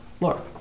look